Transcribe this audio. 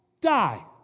die